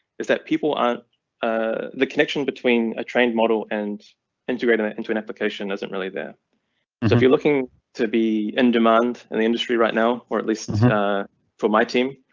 is that people aren't ah the connection between a trained model and integrating it into an application isn't really there. so if you're looking to be in demand in the industry right now, or at least for my team.